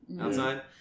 outside